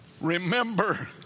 Remember